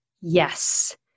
yes